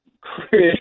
Chris